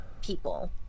people